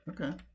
okay